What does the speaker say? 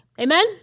amen